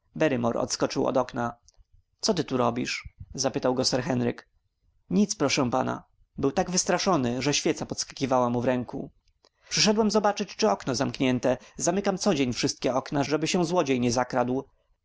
od okna co ty tu robisz zapytał go sir henryk nic proszę pana był tak wystraszony że świeca podskakiwała mu w ręku przyszedłem zobaczyć czy okno zamknięte zamykam codzień wszystkie okna żeby się złodziej nie zakradł